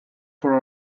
pro